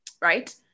right